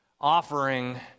offering